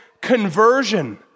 conversion